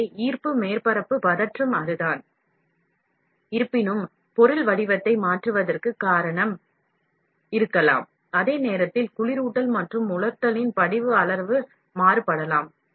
எனவே ஈர்ப்பு மேற்பரப்புtension பொருள் வடிவத்தை மாற்றுவதற்கு காரணமாக இருக்கலாம் அதே நேரத்தில் குளிரூட்டல் மற்றும் உலர்த்தலின் படி அளவு மாறுபடலாம்